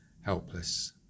helpless